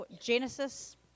Genesis